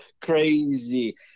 Crazy